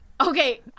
Okay